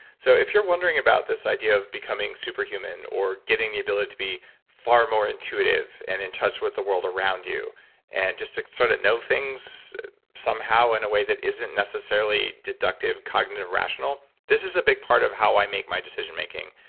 so if you're wondering about this idea of becoming super human or getting the ability to be far more intuitive and in touch with the world around you and just to sort of know things somehow in a way that isn't necessarily deductive, cognitive, rational, this is a big part of how i make my decision making.